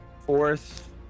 fourth